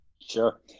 Sure